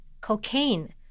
cocaine